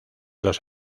los